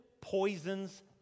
Poisons